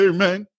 Amen